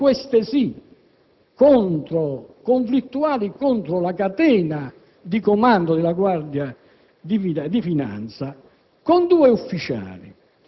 senza tener conto del fatto che il potere politico ha soltanto la facoltà di nominare il comandante della Guardia di finanza,